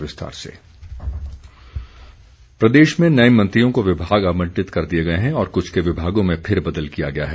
विभाग आबंटन प्रदेश में नये मंत्रियों को विभाग आबंटित कर दिए गए हैं और कुछ के विभागों में फेरबदल किया गया है